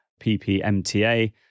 PPMTA